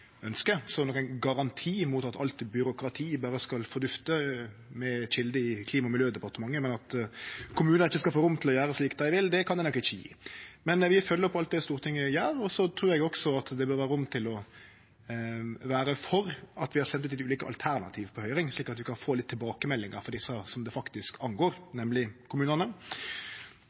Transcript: så nokon garanti mot at alt byråkrati berre skal fordunste, med kjelde i Klima- og miljødepartementet, men at kommunar ikkje skal få rom til å gjere slik dei vil, kan eg nok ikkje gje. Men eg vil følgje opp alt det Stortinget gjer, og så trur eg også det vil vere rom til å vere for at vi har sendt ut ulike alternativ på høyring, slik at vi kan få tilbakemeldingar frå desse som det faktisk angår, nemleg kommunane.